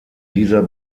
dieser